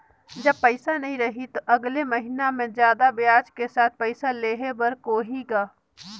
जब पइसा नहीं रही तो अगले महीना मे जादा ब्याज के साथ पइसा देहे बर होहि का?